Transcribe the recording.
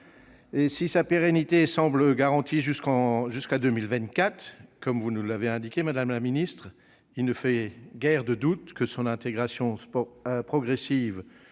Si sa pérennité semble garantie jusqu'à 2024, comme vous nous l'avez indiqué, madame la ministre, il ne fait guère de doute que son intégration progressive au sein